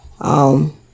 Um-